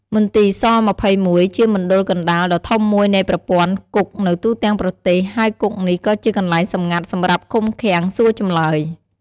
មន្ទីរស‑២១ ជាមណ្ឌលកណ្តាលដ៏ធំមួយនៃប្រព័ន្ធគុកនៅទូទាំងប្រទេស ហើយគុកនេះក៏ជាកន្លែងសម្ងាត់សម្រាប់ឃុំឃាំង សួរចម្លើយ។